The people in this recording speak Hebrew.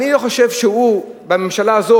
אני לא חושב בממשלה הזאת,